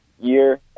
year